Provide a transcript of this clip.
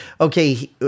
okay